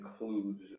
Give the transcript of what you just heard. includes